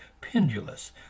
pendulous